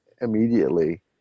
immediately